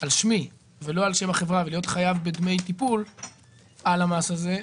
על שמי ולא על שם החברה ולהיות חייב בדמי טיפול על המס הזה,